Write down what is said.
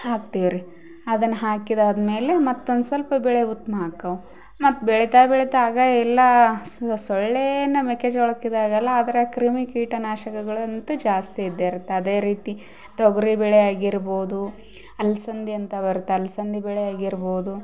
ಹಾಕ್ತೀವ್ರಿ ಅದನ್ನ ಹಾಕಿದಾದ್ಮೇಲೆ ಮತ್ತೊಂದು ಸಲ್ಪ ಬೆಳೆ ಉತ್ತಮ ಆಕ್ಕಾವು ಮತ್ತೆ ಬೆಳೆತಾ ಬೆಳೆತಾ ಆಗ ಎಲ್ಲಾ ಸೊಳ್ಳೇನ ಮೆಕ್ಕೆಜೋಳಕ್ಕೆ ಇದಾಗಲ್ಲ ಆದರ ಕ್ರಿಮಿ ಕೀಟ ನಾಶಕಗಳಂತೂ ಜಾಸ್ತಿ ಇದ್ದೇ ಇರುತ್ತೆ ಅದೇ ರೀತಿ ತೊಗರಿ ಬೇಳೆ ಆಗಿರ್ಬೋದು ಅಲ್ಸಂದಿ ಅಂತ ಬರುತ್ತೆ ಅಲ್ಸಂದಿ ಬೆಳೆಯಾಗಿರ್ಬೋದು